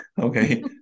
okay